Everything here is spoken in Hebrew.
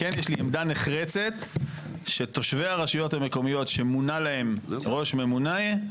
כן יש לי עמדה נחרצת שתושבי הרשויות המקומיות שמונה להן ראש ממונה,